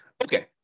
Okay